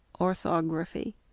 orthography